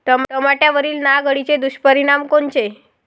टमाट्यावरील नाग अळीचे दुष्परिणाम कोनचे?